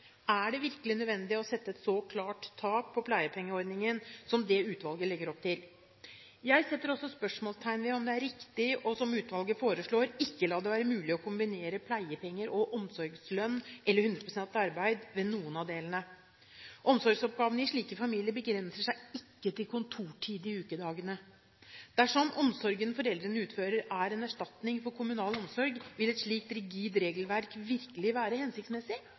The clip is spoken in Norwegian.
Er det virkelig nødvendig å sette et så klart tak på pleiepengeordningen som det utvalget legger opp til? Jeg setter også spørsmålstegn ved om det er riktig, som utvalget foreslår, ikke å la det være mulig å kombinere pleiepenger og omsorgslønn eller 100 pst. arbeid ved noen av delene. Omsorgsoppgavene i slike familier begrenser seg ikke til kontortid i ukedagene. Dersom omsorgen foreldrene utfører, er en erstatning for kommunal omsorg, vil et slik rigid regelverk virkelig være hensiktsmessig?